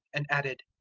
and added,